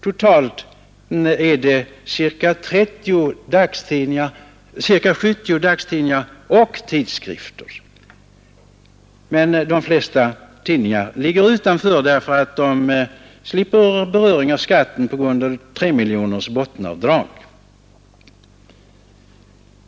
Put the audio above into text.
Totalt är det ca 70 dagstidningar och tidskrifter. De flesta tidningar ligger utanför. De slipper beröring av skatten på grund av ett 3 miljoners bottenavdrag.